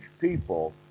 people